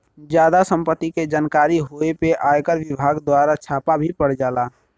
जादा सम्पत्ति के जानकारी होए पे आयकर विभाग दवारा छापा भी पड़ जाला